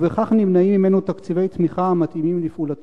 ובכך נמנעים ממנו תקציבי תמיכה המתאימים לפעולתו.